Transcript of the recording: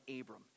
abram